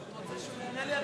אתה רוצה שהוא יענה לי?